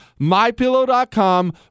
MyPillow.com